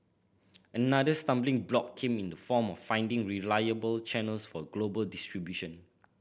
another stumbling block came in the form of finding reliable channels for global distribution